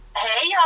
Hey